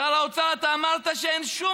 שר האוצר, אתה אמרת שאין שום